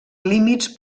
límits